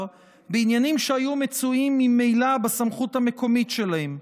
בעניינים שהיו מצויים ממילא בסמכות המקומית שלהם,